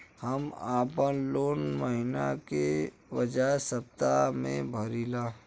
हम आपन लोन महिना के बजाय सप्ताह में भरीला